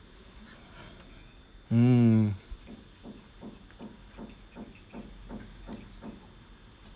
mm